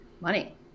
money